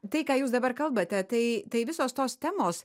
tai ką jūs dabar kalbate tai tai visos tos temos